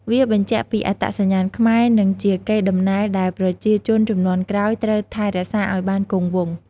វាបញ្ជាក់ពីអត្តសញ្ញាណខ្មែរ និងជាកេរដំណែលដែលប្រជាជនជំនាន់ក្រោយត្រូវថែរក្សាឲ្យបានគង់វង្ស។